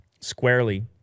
Squarely